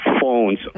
phones